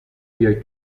بیای